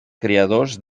creadors